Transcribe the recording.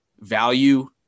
value